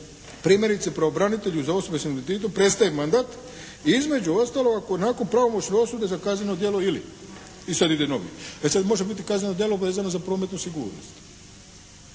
primjerice pravobranitelju za osobe s invaliditetom prestaje mandat i između ostaloga …/Govornik se ne razumije./… pravomoćno osude za kazneno djelo ili, i sad ide novi. E sad može biti kazneno djelo vezano za prometnu sigurnost,